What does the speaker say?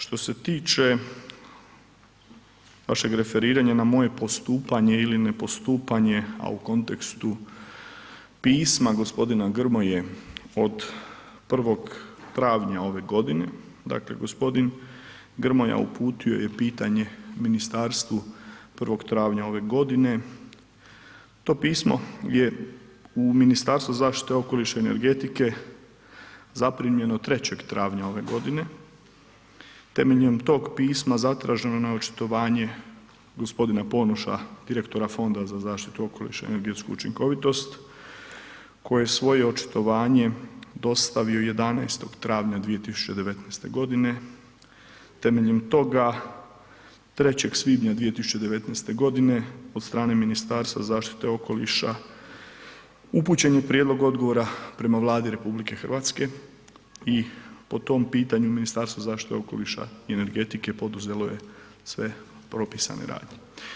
Što se tiče vašeg referiranja na moje postupanje ili ne postupanje, a u kontekstu pisma g. Grmoje od 1. travnja ove godine, dakle g. Grmoja uputio je pitanje ministarstvu 1. travnja ove godine, to pismo je u Ministarstvu zaštite okoliša i energetike zaprimljeno 3. travnja ove godine, temeljem tog pisma zatraženo je na očitovanje g. Ponoša, direktora Fonda za zaštitu okoliša i energetsku učinkovitost, koji je svoje očitovanje dostavio 11. travnja 2019.g., temeljem toga 3. svibnja 2019.g. od strane Ministarstva zaštite okoliša upućen je prijedlog odgovora prema Vladi RH i po tom pitanju Ministarstvo zaštite okoliša i energetike poduzelo je sve propisane radnje.